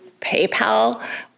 PayPal